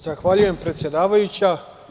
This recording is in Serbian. Zahvaljujem, predsedavajuća.